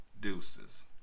Deuces